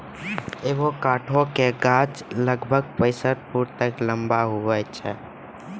avocado के गाछ लगभग पैंसठ फुट तक लंबा हुवै छै